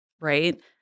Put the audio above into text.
right